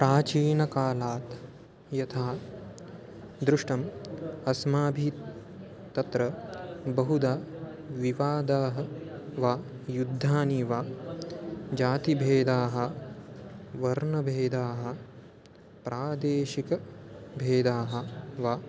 प्राचीनकालात् यथा दृष्टम् अस्माभिः तत्र बहुधा विवाधाः वा युद्धानि वा जातिभेदाः वर्णभेदाः प्रादेशिकभेदाः वा